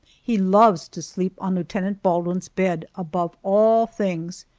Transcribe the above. he loves to sleep on lieutenant baldwin's bed above all things,